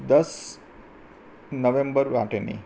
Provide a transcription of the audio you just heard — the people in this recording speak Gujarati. દસ નવેમ્બર માટેની